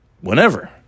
whenever